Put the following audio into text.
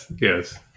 yes